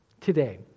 today